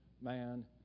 man